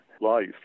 life